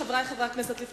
חבר הכנסת אמנון כהן,